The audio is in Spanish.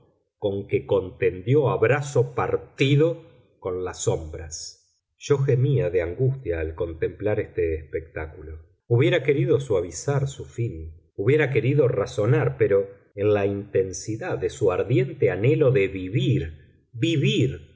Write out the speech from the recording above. con que contendió a brazo partido con las sombras yo gemía de angustia al contemplar este espectáculo hubiera querido suavizar su fin hubiera querido razonar pero en la intensidad de su ardiente anhelo de vivir vivir